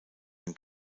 ein